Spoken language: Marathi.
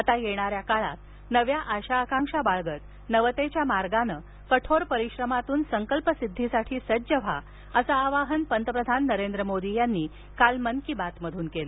आता येणाऱ्या काळात नव्या आशा आकांक्षा बाळगत नवतेच्या मार्गानं कठोर परिश्रमातून संकल्पसिद्धीसाठी सज्ज व्हा असं आवाहन पंतप्रधान नरेंद्र मोदी यांनी काल मन की बात मधून केलं